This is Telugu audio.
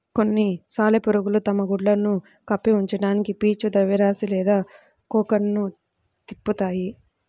కొన్ని సాలెపురుగులు తమ గుడ్లను కప్పి ఉంచడానికి పీచు ద్రవ్యరాశి లేదా కోకన్ను తిప్పుతాయి